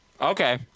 Okay